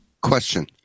Question